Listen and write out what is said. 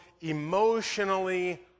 emotionally